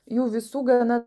jų visų gana